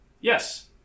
Yes